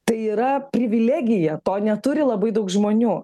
tai yra privilegija to neturi labai daug žmonių